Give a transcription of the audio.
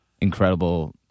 incredible